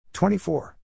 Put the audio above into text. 24